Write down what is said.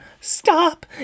Stop